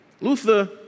Luther